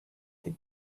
they